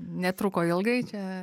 netruko ilgai čia